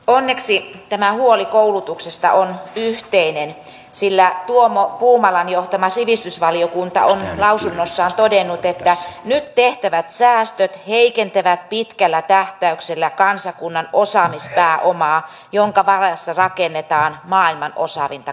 onneksi tämä huoli koulutuksesta on yhteinen sillä tuomo puumalan johtama sivistysvaliokunta on lausunnossaan todennut että nyt tehtävät säästöt heikentävät pitkällä tähtäyksellä kansakunnan osaamispääomaa jonka varassa rakennetaan maailman osaavinta kansakuntaa